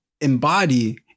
embody